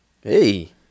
Hey